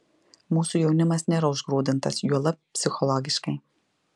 mūsų jaunimas nėra užgrūdintas juolab psichologiškai